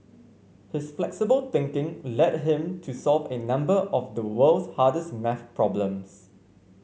his flexible thinking led him to solve a number of the world's hardest maths problems